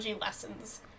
lessons